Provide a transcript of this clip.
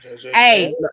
Hey